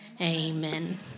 Amen